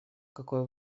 какой